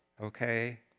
okay